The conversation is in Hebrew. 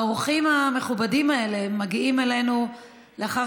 האורחים המכובדים האלה מגיעים אלינו לאחר